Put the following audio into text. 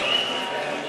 ההצעה